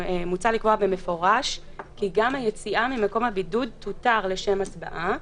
מוצע לקבוע במפורש כי גם היציאה ממקום הבידוד תותר לשם הצבעה,